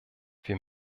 wir